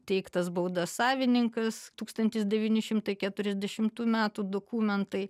teiktas baudas savininkas tūkstantis devyni šimtai keturiasdešimtų metų dokumentai